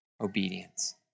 obedience